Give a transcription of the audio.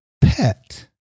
pet